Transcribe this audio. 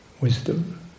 wisdom